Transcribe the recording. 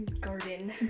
garden